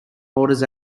orders